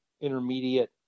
intermediate